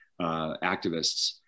activists